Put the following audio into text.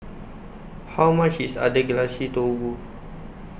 How much IS Agedashi Dofu